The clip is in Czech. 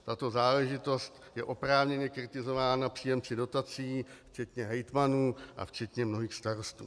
Tato záležitost je oprávněně kritizována příjemci dotací včetně hejtmanů a včetně mnohých starostů.